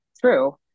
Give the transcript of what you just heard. true